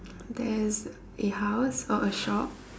there's a house or a shop